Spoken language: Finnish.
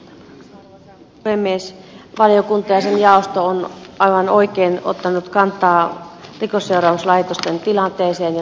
valiokunta ja sen jaosto on aivan oikein ottanut kantaa rikosseuraamuslaitoksen tilanteeseen ja tulevaisuuteen